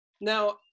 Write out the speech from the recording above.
Now